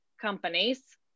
companies